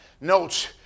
notes